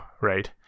right